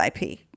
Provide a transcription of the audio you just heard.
IP